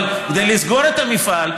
אבל כדי לסגור את המפעל,